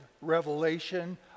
revelation